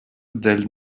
del